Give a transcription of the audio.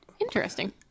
Interesting